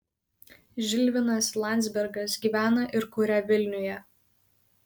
žilvinas landzbergas gyvena ir kuria vilniuje